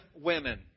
women